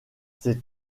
c’est